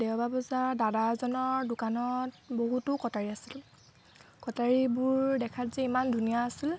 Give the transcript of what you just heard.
দেওবাৰ বজাৰত দাদা এজনৰ দোকানত বহুতো কটাৰী আছিল কটাৰীবোৰ দেখাত যে ইমান ধুনীয়া আছিল